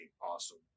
awesome